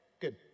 good